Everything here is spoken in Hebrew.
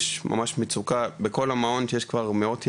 יש ממש מצוקה בכל המעון שיש כבר מאות ילדים.